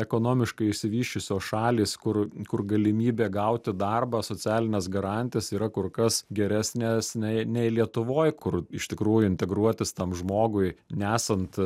ekonomiškai išsivysčiusios šalys kur kur galimybė gauti darbą socialines garantijas yra kur kas geresnės nei nei lietuvoj kur iš tikrų integruotis tam žmogui nesant